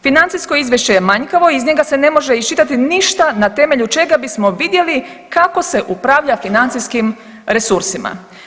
Financijsko izvješće je manjkavo i iz njega se ne može iščitati ništa na temelju čega bismo vidjeli kako se upravlja financijskih resursima.